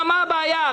מה הבעיה?